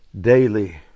daily